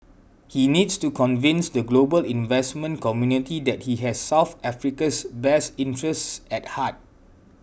he needs to convince the global investment community that he has South Africa's best interests at heart